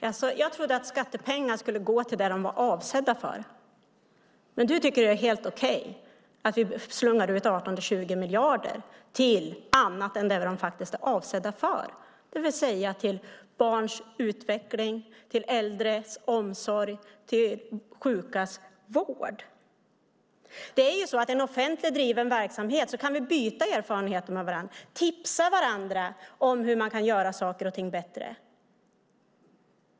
Fru talman! Jag trodde att skattepengar skulle gå till det de är avsedda för. Du tycker att det är helt okej att vi slungar ut 18-20 miljarder till annat än vad de är avsedda för, det vill säga till barns utveckling, äldreomsorg och sjukas vård. I en offentligt driven verksamhet kan vi byta erfarenheter med varandra och tipsa varandra om hur man kan göra saker och ting bättre.